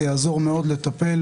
זה יעזור מאוד לטפל